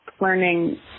learning